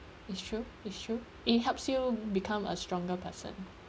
it's true it's true it helps you become a stronger person